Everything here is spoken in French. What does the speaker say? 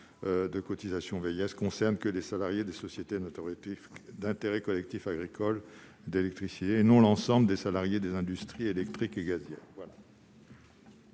de cotisations vieillesse concerne seulement les salariés des sociétés d'intérêt collectif agricole d'électricité (Sicae), et non l'ensemble des salariés des industries électriques et gazières